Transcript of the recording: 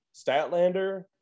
Statlander